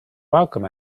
welcome